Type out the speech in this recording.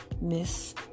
miss